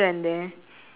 ya mine no health